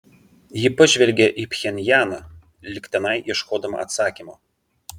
ji pažvelgė į pchenjaną lyg tenai ieškodama atsakymo